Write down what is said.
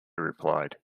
replied